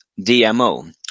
DMO